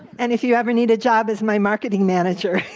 and if you ever need a job as my marketing manager.